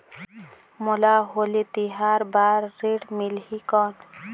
मोला होली तिहार बार ऋण मिलही कौन?